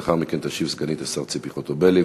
לאחר מכן תשיב סגנית השר ציפי חוטובלי,